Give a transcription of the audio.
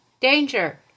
danger